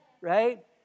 right